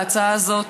בהצעה הזאת,